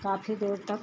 काफ़ी देर तक